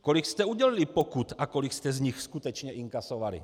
Kolik jste udělili pokut a kolik jste z nich skutečně inkasovali?